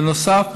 בנוסף,